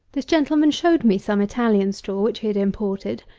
this gentleman showed me some italian straw which he had imported,